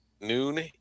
noon